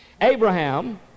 Abraham